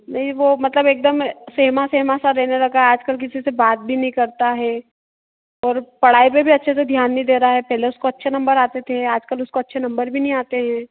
नहीं वह मतलब एकदम सहमा सहमा सा रहने लगा है आजकल किसी से बात भी नहीं करता है और पढ़ाई में भी अच्छे से ध्यान नहीं दे रहा है पहले उसको अच्छे नम्बर आते थे आजकल उसको अच्छे नम्बर भी नहीं आते है